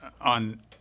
on